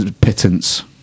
pittance